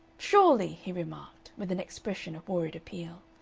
surely! he remarked, with an expression of worried appeal.